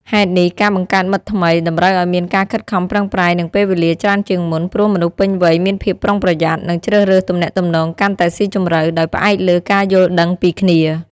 ហេតុនេះ ការបង្កើតមិត្តថ្មីតម្រូវឱ្យមានការខិតខំប្រឹងប្រែង និងពេលវេលាច្រើនជាងមុន ព្រោះមនុស្សពេញវ័យមានភាពប្រុងប្រយ័ត្ន និងជ្រើសរើសទំនាក់ទំនងកាន់តែស៊ីជម្រៅ ដោយផ្អែកលើការយល់ដឹងពីគ្នា។